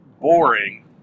boring